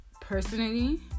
personally